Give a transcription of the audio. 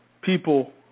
people